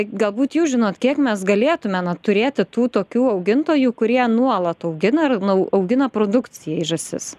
galbūt jūs žinot kiek mes galėtume na turėti tų tokių augintojų kurie nuolat augina ir nu augina produkcijai žąsis